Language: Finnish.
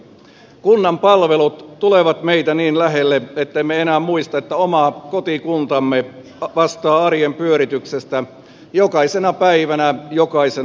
kunnan palvelut tulevat meitä niin lähelle ettemme enää muista että oma kotikuntamme vastaa arjen pyörityksestä jokaisena päivänä jokaisena vuonna